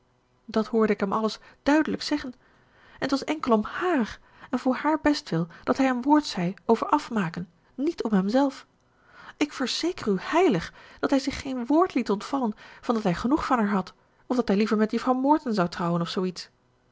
dat hoorde ik hem alles duidelijk zeggen en t was enkel om hààr en voor haar bestwil dat hij een woord zei over afmaken niet om hemzelf ik verzeker u heilig dat hij zich geen woord liet ontvallen van dat hij genoeg van haar had of dat hij liever met juffrouw morton zou trouwen of